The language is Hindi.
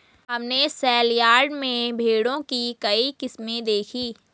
हमने सेलयार्ड में भेड़ों की कई किस्में देखीं